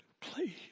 please